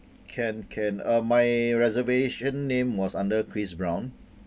can can uh my reservation name was under chris brown